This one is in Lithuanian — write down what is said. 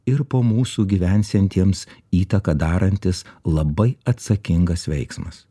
ir po mūsų gyvensiantiems įtaką darantis labai atsakingas veiksmas